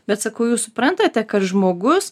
bet sakau jūs suprantate kad žmogus